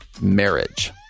marriage